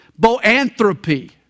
Boanthropy